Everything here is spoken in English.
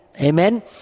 Amen